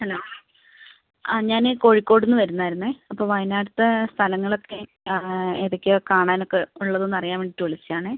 hello ആ ഞാൻ കോഴിക്കോടുനിന്ന് വരുന്നതായിരുന്നേ അപ്പോൾ വയനാടിലത്തെ സ്ഥലങ്ങളൊക്കെ ഏതൊക്കെയാണ് കാണാനൊക്കെ ഉള്ളതെന്നറിയാൻ വേണ്ടിയിട്ട് വിളിച്ചതാണേ